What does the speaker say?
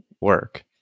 work